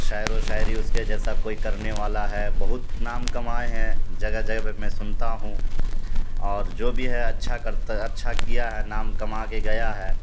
شاعر و شاعری اس کے جیسا کوئی کرنے والا ہے بہت نام کمائے ہیں جگہ جگہ پہ میں سنتا ہوں اور جو بھی ہے اچھا کرتا اچھا کیا ہے نام کما کے گیا ہے